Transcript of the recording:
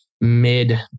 mid